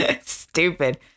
stupid